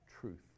truth